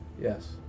Yes